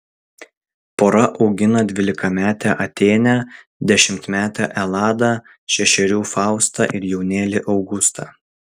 pora augina dvylikametę atėnę dešimtmetę eladą šešerių faustą ir jaunėlį augustą